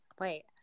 Wait